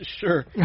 Sure